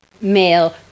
male